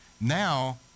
now